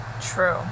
True